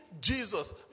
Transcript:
Jesus